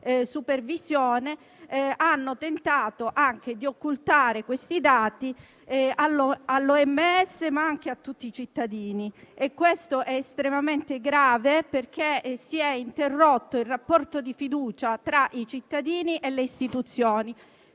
supervisione, hanno anche tentato di occultare questi dati all'OMS, ma anche a tutti i cittadini. Questo è estremamente grave, perché si è interrotto il rapporto di fiducia tra i cittadini e le istituzioni,